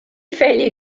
failure